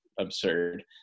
absurd